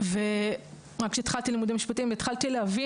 רק כשהתחלתי לימודי משפטים התחלתי להבין